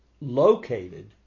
located